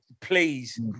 Please